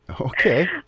okay